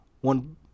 one